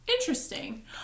Interesting